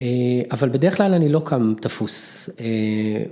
‫אבל בדרך כלל אני לא קם תפוס.